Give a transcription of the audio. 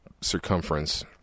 circumference